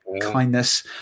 kindness